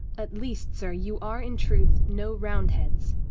at least, sir, you are in truth no roundheads?